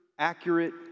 accurate